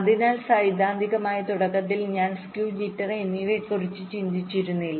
അതിനാൽ സൈദ്ധാന്തികമായി തുടക്കത്തിൽ ഞാൻ സ്കൂ ജിറ്റർ എന്നിവയെക്കുറിച്ച് ചിന്തിച്ചിരുന്നില്ല